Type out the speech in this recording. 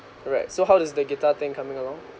right so how does the guitar thing coming along